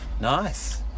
Nice